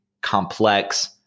complex